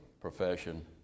profession